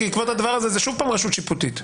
זה שוב פעם רשות שיפוטית.